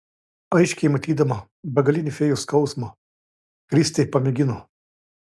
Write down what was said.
aiškiai matydama begalinį fėjos skausmą kristė pamėgino